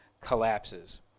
collapses